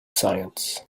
science